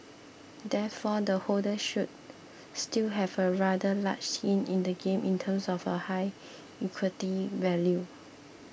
therefore the holders should still have a rather large skin in the game in terms of a high equity value